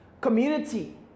community